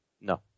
No